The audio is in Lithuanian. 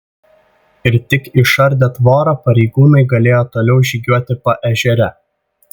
ir tik išardę tvorą pareigūnai galėjo toliau žygiuoti paežere